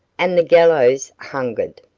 and the gallows hungered.